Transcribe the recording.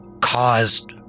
caused